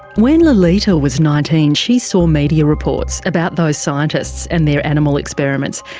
when lolita was nineteen she saw media reports about those scientists and their animal experiments,